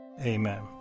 Amen